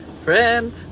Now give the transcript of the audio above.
Friend